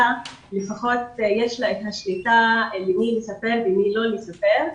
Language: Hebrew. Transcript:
לפחות יש לה את השליטה למי היא מספרת ולמי היא לא מספרת,